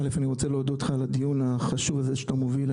אני רוצה להודות לך על הדיון החשוב הזה שאתה מוביל.